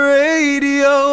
radio